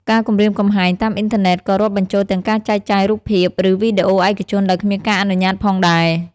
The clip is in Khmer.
ការគំរាមកំហែងតាមអ៊ីនធឺណិតក៏រាប់បញ្ចូលទាំងការចែកចាយរូបភាព ឬវីដេអូឯកជនដោយគ្មានការអនុញ្ញាតផងដែរ។